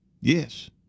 Yes